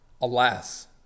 alas